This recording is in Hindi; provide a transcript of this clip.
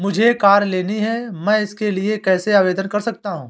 मुझे कार लेनी है मैं इसके लिए कैसे आवेदन कर सकता हूँ?